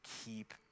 Keep